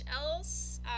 else